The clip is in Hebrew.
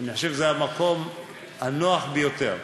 אני חושב שזה המקום הנוח ביותר.